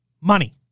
Money